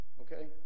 Okay